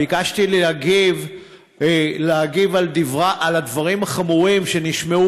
ביקשתי להגיב על הדברים החמורים שנשמעו